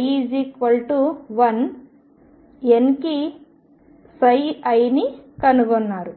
i1⋅⋅⋅⋅N కి i ని కనుగొన్నారు